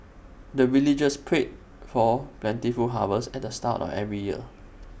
the villagers pray for plentiful harvest at the start of every year